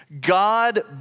God